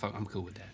ah i'm cool with